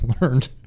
learned